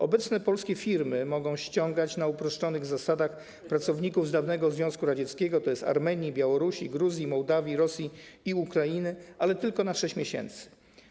Obecnie polskie firmy mogą ściągać na uproszczonych zasadach pracowników z dawnego Związku Radzieckiego, z Armenii, Białorusi, Gruzji, Mołdawii, Rosji i Ukrainy, ale tylko na okres 6 miesięcy.